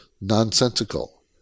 nonsensical